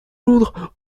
londres